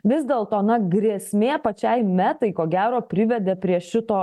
vis dėlto na grėsmė pačiai metai ko gero privedė prie šito